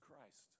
Christ